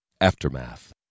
Aftermath